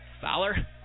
Fowler